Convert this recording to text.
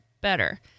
better